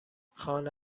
خانه